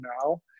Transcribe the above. now